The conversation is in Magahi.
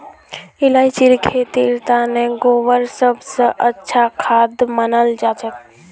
इलायचीर खेतीर तने गोबर सब स अच्छा खाद मनाल जाछेक